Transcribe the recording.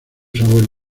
sabor